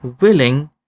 willing